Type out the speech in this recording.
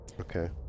Okay